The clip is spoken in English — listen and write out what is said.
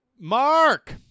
Mark